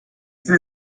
sie